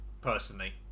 Personally